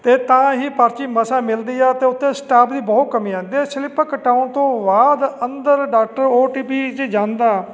ਅਤੇ ਤਾਂ ਹੀ ਪਰਚੀ ਮਸਾਂ ਮਿਲਦੀ ਆ ਅਤੇ ਉੱਥੇ ਸਟਾਪ ਦੀ ਬਹੁਤ ਕਮੀ ਆ ਅਤੇ ਸਲਿੱਪ ਕਟਾਉਣ ਤੋਂ ਬਾਅਦ ਅੰਦਰ ਡਾਕਟਰ ਓ ਟੀ ਪੀ 'ਚ ਜਾਂਦਾ